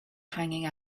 hanging